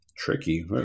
Tricky